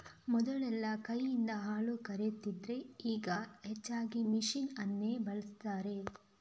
ಮೊದಲೆಲ್ಲಾ ಕೈನಿಂದ ಹಾಲು ಕರೀತಿದ್ರೆ ಈಗ ಹೆಚ್ಚಾಗಿ ಮೆಷಿನ್ ಅನ್ನೇ ಬಳಸ್ತಾರೆ